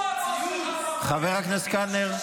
אריאל, חבר הכנסת קלנר.